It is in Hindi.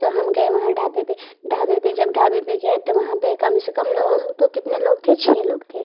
तो हम गए वहाँ ढाबे पे ढाबे पे जब ढाबे पे गए तो वहाँ पे कम से कम हम तो कितने लोग थे छः लोग थे